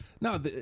no